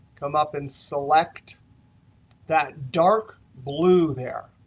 come up and select that dark blue there.